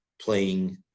playing